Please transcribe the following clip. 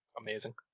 amazing